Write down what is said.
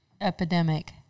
epidemic